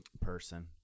person